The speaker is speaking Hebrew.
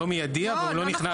לא מיידי, אבל הוא לא נכנס.